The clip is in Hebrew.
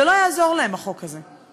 זה לא יעזור להם, החוק הזה.